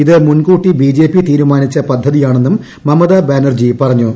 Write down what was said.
ഇത് മുൻകൂട്ടി ബിജെപി തീരൂമാനിച്ച് പദ്ധതിയാണെന്നും മമതാ ബാനർജി പറഞ്ഞു